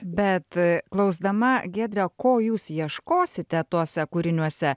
bet klausdama giedre o ko jūs ieškosite tuose kūriniuose